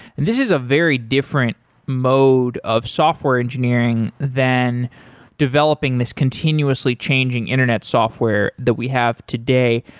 and this is a very different mode of software engineering than developing this continuously changing internet software that we have today.